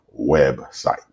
website